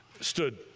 stood